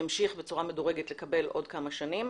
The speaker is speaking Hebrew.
ימשיך בצורה מדורגת לקבל עוד כמה שנים,